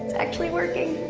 actually working.